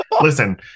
listen